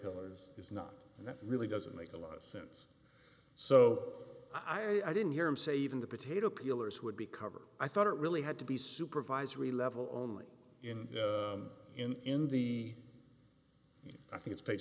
pillars is not and that really doesn't make a lot of sense so i didn't hear him say even the potato peeler is would be covered i thought it really had to be supervisory level only in in in the i think it's pa